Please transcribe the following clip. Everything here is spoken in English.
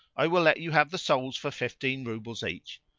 i will let you have the souls for fifteen roubles each.